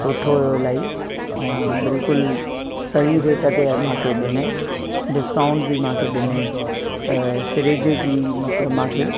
सुठो हुयो इलाही ऐं बिल्कुलु सही रेट ते मूंखे ॾिने डिस्काउंट बि मूंखे ॾिने त फ्रिज जी मतिलबु मूंखे